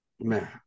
Man